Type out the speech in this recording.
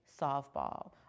softball